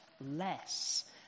less